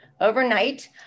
overnight